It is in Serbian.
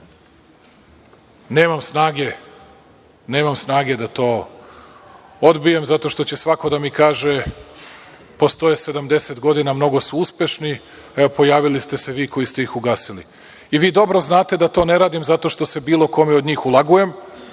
i Partizan. Nemam snage da to odbijem, zato što će svako da mi kaže – postoje 70 godina, mnogo su uspešni, evo, pojavili ste se vi koji ste ih ugasili. Vi dobro znate da to ne radim zato što se bilo kome od njih ulagujem,